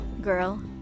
girl